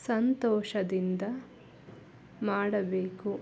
ಸಂತೋಷದಿಂದ ಮಾಡಬೇಕು